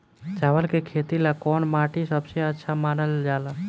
चावल के खेती ला कौन माटी सबसे अच्छा मानल जला?